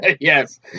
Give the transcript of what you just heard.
Yes